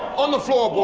on the floor!